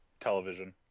television